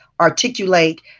articulate